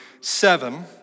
seven